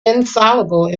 insoluble